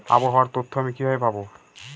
আবহাওয়ার তথ্য আমি কিভাবে পাবো?